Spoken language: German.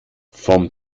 vom